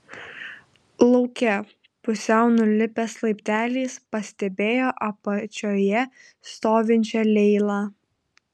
lauke pusiau nulipęs laipteliais pastebėjo apačioje stovinčią leilą